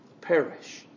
perish